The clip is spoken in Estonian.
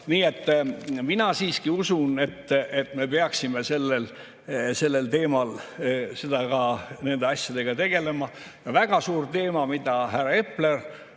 Nii et mina siiski usun, et me peaksime selle teema juures ka nende asjadega tegelema. Väga suur teema, mida härra Epler